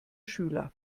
schüler